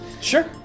Sure